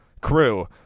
crew –